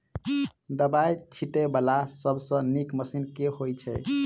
दवाई छीटै वला सबसँ नीक मशीन केँ होइ छै?